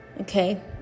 Okay